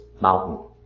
mountain